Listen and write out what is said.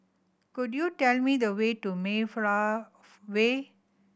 could you tell me the way to Mayflower Way